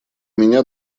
меня